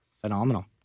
Phenomenal